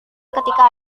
ketika